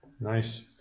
nice